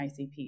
ICP